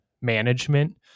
management